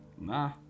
Nah